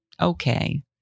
okay